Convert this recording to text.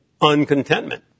uncontentment